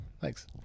thanks